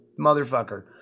motherfucker